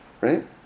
right